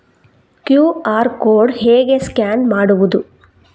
QR code ಹೇಗೆ scan ಮಾಡುವುದು?